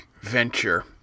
venture